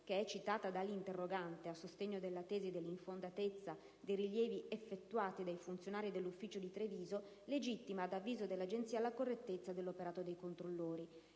che è citata dall'interrogante a sostegno della tesi dell'infondatezza dei rilievi effettuati dai funzionari dell'ufficio di Treviso, legittima, ad avviso dell'Agenzia, la correttezza dell'operato dei controllori.